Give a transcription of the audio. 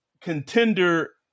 contender